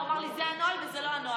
הוא אמר לי שזה הנוהל וזה לא הנוהל.